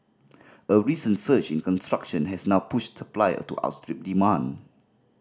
a recent surge in construction has now pushed supplier to outstrip demand